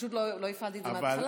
פשוט לא הפעלתי את זה מההתחלה.